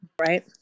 Right